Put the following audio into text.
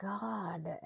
God